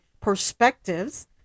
perspectives